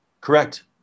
Correct